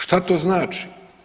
Šta to znači?